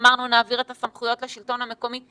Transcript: אמרנו שנעביר את הסמכויות לשלטון המקומי,